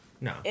No